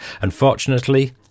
Unfortunately